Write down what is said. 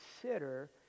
consider